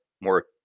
more